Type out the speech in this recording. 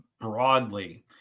broadly